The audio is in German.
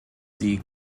die